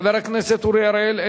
חבר הכנסת אורי אריאל,